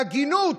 בהגינות,